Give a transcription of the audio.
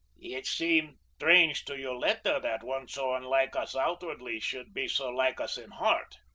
it seemed strange to yoletta that one so unlike us outwardly should be so like us in heart,